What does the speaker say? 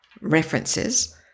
references